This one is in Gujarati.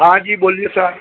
હા જી બોલીએ સર